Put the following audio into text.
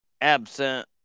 absent